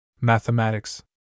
Mathematics